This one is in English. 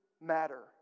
matter